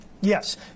Yes